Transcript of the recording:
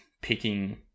picking